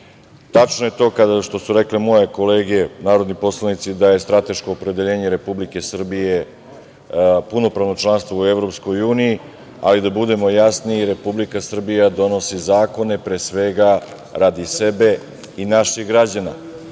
zakona. Tačno je što su rekle moje kolege narodni poslanici da je strateško opredeljenje Republike Srbije punopravno članstvo u EU, ali da budemo jasni, Republika Srbija donosi zakone pre svega radi sebe i naših